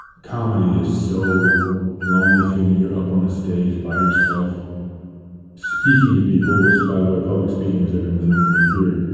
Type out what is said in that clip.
comedy is so lonely feeling. you're up on a stage by yourself speaking to people, which by the way public speaking is everyone's number one fear.